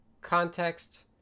context